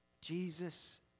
Jesus